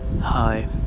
Hi